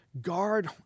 Guard